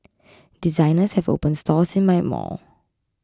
designers have opened stores in my mall